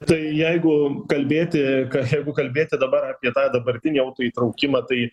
tai jeigu kalbėti ka jeigu kalbėti dabar apie tą dabartinį autoįtraukimą tai